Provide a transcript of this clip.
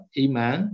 iman